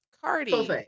Cardi